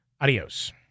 Adios